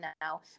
now